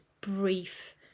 brief